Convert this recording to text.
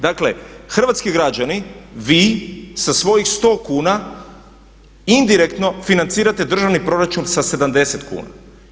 Dakle hrvatski građani, vi sa svojih 100 kuna indirektno financirate državni proračun sa 70 kuna.